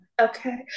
Okay